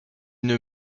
une